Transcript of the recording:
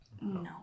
No